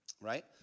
right